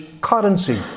currency